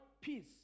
peace